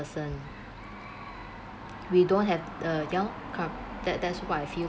person we don't have err k~ that that's what I feel